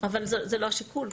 אבל זה לא אמור להיות השיקול.